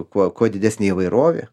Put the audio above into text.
kuo kuo didesnė įvairovė